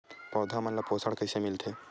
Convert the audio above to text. पौधा मन ला पोषण कइसे मिलथे?